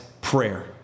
prayer